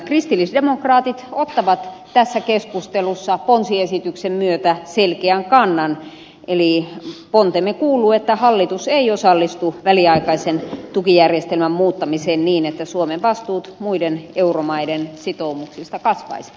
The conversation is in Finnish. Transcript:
kristillisdemokraatit ottavat tässä keskustelussa ponsiesityksen myötä selkeän kannan eli pontemme kuuluu että hallitus ei osallistu väliaikaisen tukijärjestelmän muuttamiseen niin että suomen vastuut muiden euromaiden sitoumuksista kasvaisivat